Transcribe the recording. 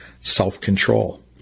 self-control